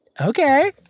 Okay